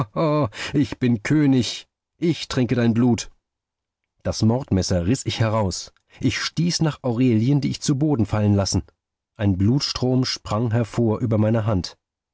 ich bin könig ich trinke dein blut das mordmesser riß ich heraus ich stieß nach aurelien die ich zu boden fallen lassen ein blutstrom sprang hervor über meine hand